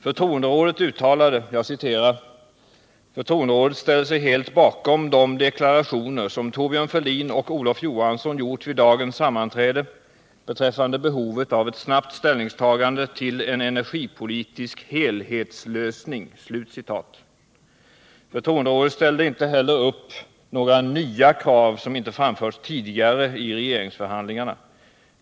Förtroenderådet uttalade: ”Förtroenderådet ställer sig helt bakom de deklarationer, som Thorbjörn Fälldin och Olof Johansson gjort vid dagens sammanträde beträffande behovet av ett snabbt ställningstagande till en energipolitisk helhetslösning.” Förtroenderådet ställde inte heller upp några nya krav som inte framförts tidigare i regeringsförhandlingarna.